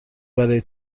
برای